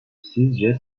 sizce